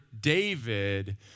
David